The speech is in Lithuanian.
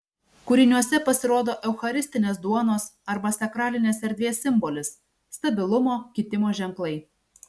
kūriniuose pasirodo eucharistinės duonos arba sakralinės erdvės simbolis stabilumo kitimo ženklai